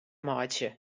meitsje